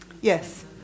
Yes